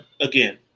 again